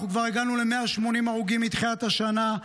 אנחנו כבר הגענו ל-180 הרוגים מתחילת השנה.